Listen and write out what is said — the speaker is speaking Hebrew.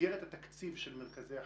מסגרת התקציב של מרכזי החוסן?